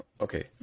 okay